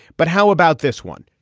but how about this one.